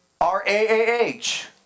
R-A-A-H